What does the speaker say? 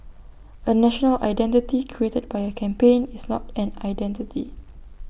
A 'national identity' created by A campaign is not an identity